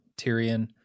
Tyrion